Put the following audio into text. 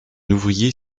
ouvrier